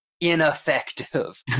ineffective